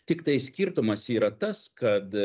tiktai skirtumas yra tas kad